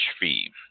fee